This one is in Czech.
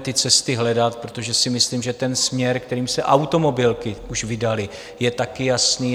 Ale pojďme ty cesty hledat, protože si myslím, že směr, kterým se automobilky už vydaly, je taky jasný.